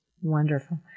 Wonderful